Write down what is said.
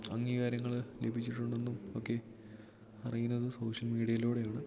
അംഗീകാരങ്ങൾ ലഭിച്ചിട്ടുണ്ടെന്നും ഒക്കെ അറിയുന്നത് സോഷ്യൽ മീഡിയയിലൂടെയാണ്